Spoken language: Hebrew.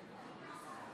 כנסת נכבדה,